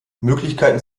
möglichkeiten